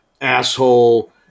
asshole